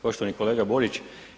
Poštovani kolega Borić.